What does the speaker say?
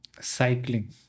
cycling